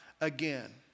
again